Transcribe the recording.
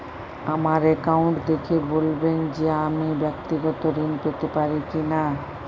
আমার অ্যাকাউন্ট দেখে বলবেন যে আমি ব্যাক্তিগত ঋণ পেতে পারি কি না?